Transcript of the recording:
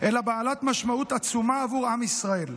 אלא בעלת משמעות עצומה עבור עם ישראל: